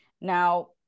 Now